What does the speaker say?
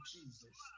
Jesus